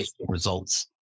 results